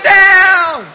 down